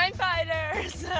um fighters,